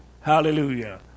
Hallelujah